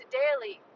daily